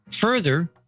Further